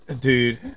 Dude